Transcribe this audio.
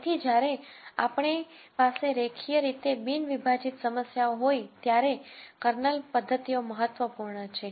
તેથી જ્યારે આપણી પાસે રેખીય રીતે બિન વિભાજિત સમસ્યાઓ હોય ત્યારે કર્નલ પદ્ધતિઓ મહત્વપૂર્ણ છે